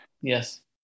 yes